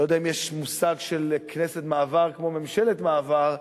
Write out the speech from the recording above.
לא יודע אם יש מושג של כנסת מעבר כמו ממשלת מעבר,